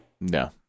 No